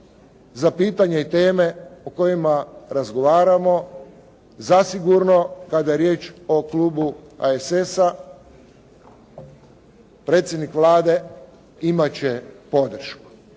za pitanja i teme o kojima razgovaramo zasigurno kada je riječ o Klubu HSS-a predsjednik Vlade imat će podršku.